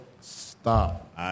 stop